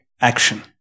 action